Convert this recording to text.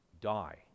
die